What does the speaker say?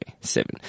Seven